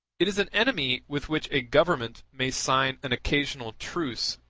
it is an enemy with which a government may sign an occasional truce,